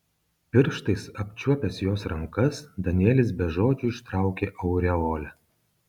pirštais apčiuopęs jos rankas danielis be žodžių ištraukė aureolę